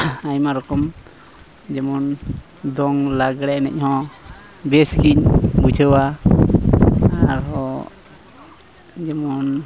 ᱟᱭᱢᱟ ᱨᱚᱠᱚᱢ ᱡᱮᱢᱚᱱ ᱫᱚᱝ ᱞᱟᱜᱽᱲᱮ ᱮᱱᱮᱡ ᱦᱚᱸ ᱵᱮᱥ ᱜᱤᱧ ᱵᱩᱡᱷᱟᱹᱣᱟ ᱟᱨᱦᱚᱸ ᱡᱮᱢᱚᱱ